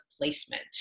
placement